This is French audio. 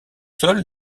sol